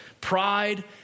Pride